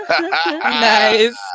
Nice